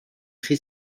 chi